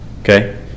Okay